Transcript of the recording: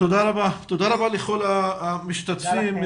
תודה רבה לכל המשתתפים,